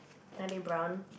are they brown